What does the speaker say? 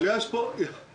אבל יש פה עיוות,